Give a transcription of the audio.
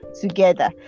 together